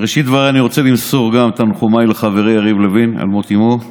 בראשית דבריי אני רוצה למסור את תנחומיי לחברי יריב לוין על מות אימו.